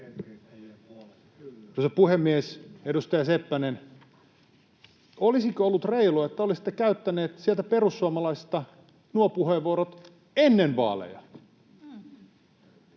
puhemies! Edustaja Seppänen, olisiko ollut reilua, että olisitte käyttäneet sieltä perussuomalaisista nuo puheenvuorot ennen vaaleja,